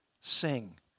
sing